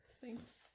Thanks